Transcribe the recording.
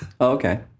okay